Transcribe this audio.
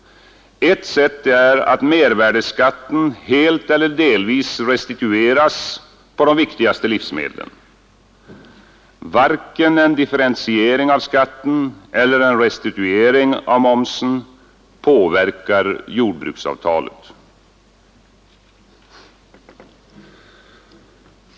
Ett sätt är att mervärdeskatten helt eller delvis restitueras på de viktigaste livsmedlen. Varken en differentiering av skatten eller en restituering av momsen påverkar jordbruksavtalet.